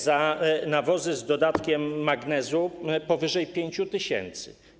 za nawozy z dodatkiem magnezu - powyżej 5 tys.